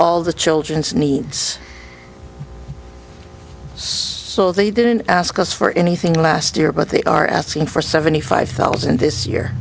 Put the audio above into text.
all the children's needs so they didn't ask us for anything last year but they are asking for seventy five thousand this year